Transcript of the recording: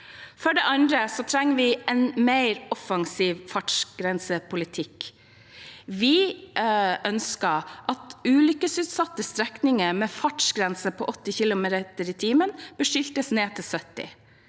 For det andre trenger vi en mer offensiv fartsgrensepolitikk. Vi ønsker at ulykkesutsatte strekninger med fartsgrense på 80 km/t bør skiltes ned til 70 km/t.